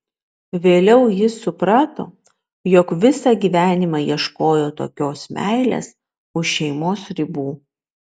vėliau jis suprato jog visą gyvenimą ieškojo tokios meilės už šeimos ribų